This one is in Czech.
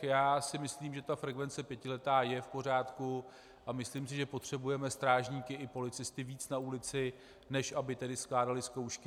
Já si myslím, že frekvence pětiletá je v pořádku, a myslím si, že potřebujeme strážníky i policisty víc na ulici, než aby tedy skládali zkoušky.